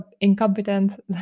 incompetent